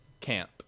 camp